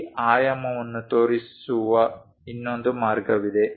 ಈ ಆಯಾಮವನ್ನು ತೋರಿಸುವ ಇನ್ನೊಂದು ಮಾರ್ಗವಿದೆ